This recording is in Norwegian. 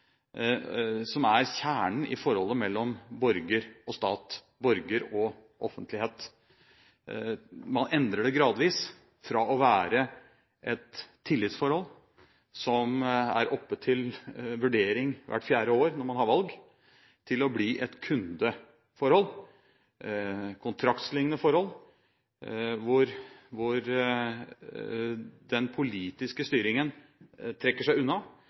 som er kjernen i forholdet mellom borger og stat – borger og offentlighet. Man endrer det gradvis fra å være et tillitsforhold som er oppe til vurdering hvert fjerde år når man har valg, til å bli et kundeforhold, et kontraktslignende forhold, hvor den politiske styringen trekker seg unna,